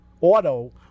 auto